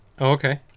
Okay